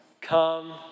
Come